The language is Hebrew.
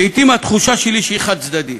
לעתים התחושה שלי היא שהיא חד-צדדית,